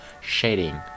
shading